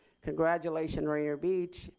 congratulations rainier beach,